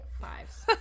Fives